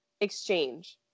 exchange